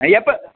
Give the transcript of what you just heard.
ஆ எப்போ